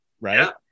right